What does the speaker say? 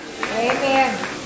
Amen